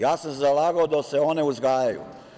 Ja sam se zalagao da se one uzgajaju.